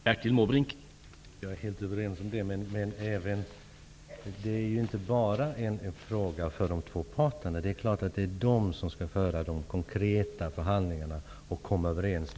Herr talman! Vi är helt överens om detta. Men det är ju inte bara en fråga för de två parterna. Det är klart att det är de som skall föra de konkreta förhandlingarna och komma överens.